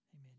Amen